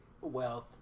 wealth